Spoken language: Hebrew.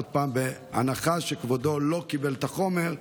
עוד פעם, בהנחה שכבודו לא קיבל את החומר,